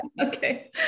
Okay